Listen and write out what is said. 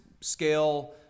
scale